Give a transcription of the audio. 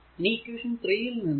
ഇനി ഇക്വേഷൻ 3 ൽ നിന്നും